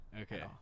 okay